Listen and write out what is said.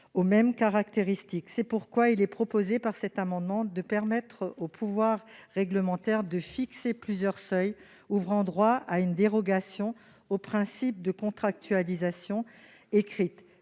aux mêmes caractéristiques. C'est pourquoi nous proposons de permettre au pouvoir réglementaire de fixer plusieurs seuils ouvrant droit à une dérogation au principe de contractualisation écrite.